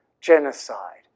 genocide